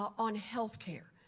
on healthcare,